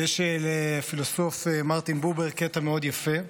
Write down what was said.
ויש לפילוסוף מרטין בובר קטע יפה מאוד,